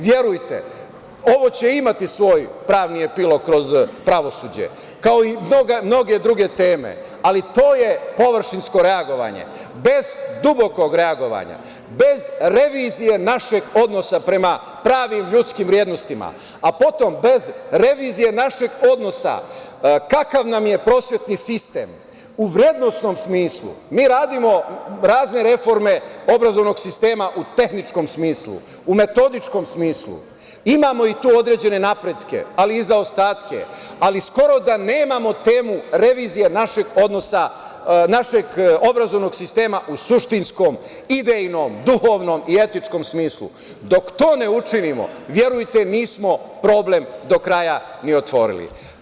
Verujte mi, ovo će imati svoj pravni epilog kroz pravosuđe, kao i mnoge druge teme, ali to je površinsko reagovanje, bez dubokog reagovanja, bez revizije našeg odnosa prema pravim ljudskim vrednostima, a potom bez revizije našeg odnosa kakav nam je prosvetni sistem u vrednosnom smislu, mi radimo razne reforme obrazovnog sistema u tehničkom smislu, u metodičkom smislu, imamo i tu određene napretke, ali i zaostatke, ali skoro da nemamo temu revizije našeg odnosa, našeg obrazovnog sistema u suštinskom, idejnom, duhovnom i etičkom smislu, dok to ne učinimo, verujete, nismo problem do kraja ni otvorili.